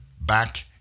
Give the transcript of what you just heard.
Back